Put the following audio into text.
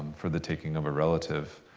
for the taking of a relative.